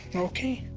okay.